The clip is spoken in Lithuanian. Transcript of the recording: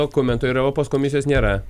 dokumentų ir europos komisijos nėra